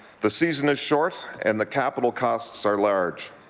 the season is short and the capital costs are large.